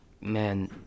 Man